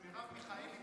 ומרב מיכאלי,